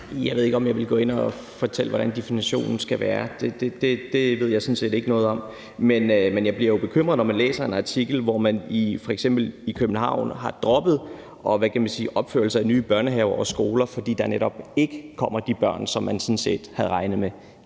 Jeg ved ikke, om jeg ville gå ind og fortælle, hvordan definitionen skal være. Det ved jeg sådan set ikke noget om. Men jeg bliver jo bekymret, når jeg læser en artikel om, at man i f.eks. København har droppet opførelse af nye børnehaver og skoler, fordi der netop ikke kommer de børn, som man sådan set havde regnet med.